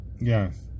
yes